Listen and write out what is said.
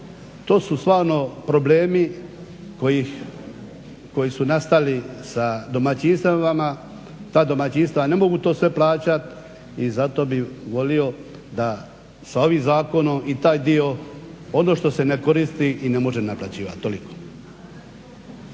To su stvarno problemi koji su nastali sa domaćinstvima. Ta domaćinstva ne mogu to sve plaćati i zato bih volio da sa ovim zakonom i taj dio, ono što se ne koristi i ne može naplaćivati.